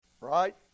Right